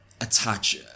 attach